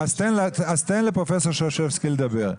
אז תן לד"ר שרשבסקי לדבר.